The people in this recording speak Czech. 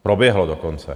Proběhlo dokonce.